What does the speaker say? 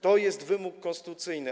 To jest wymóg konstytucyjny.